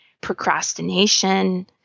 procrastination